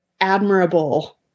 admirable